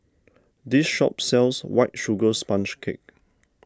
this shop sells White Sugar Sponge Cake